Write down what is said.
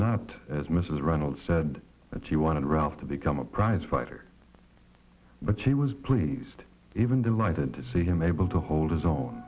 not as mrs reynolds said that she wanted ralph to become a prize fighter but she was pleased even delighted to see him able to hold his own